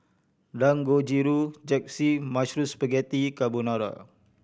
Dangojiru Japchae Mushroom Spaghetti Carbonara